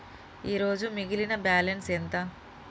ఈరోజు మిగిలిన బ్యాలెన్స్ ఎంత?